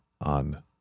on